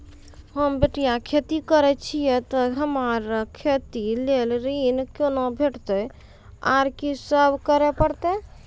होम बटैया खेती करै छियै तऽ हमरा खेती लेल ऋण कुना भेंटते, आर कि सब करें परतै?